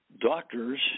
doctors